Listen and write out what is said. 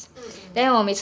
mm mm